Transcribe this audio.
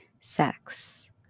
sex